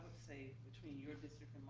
say between your district and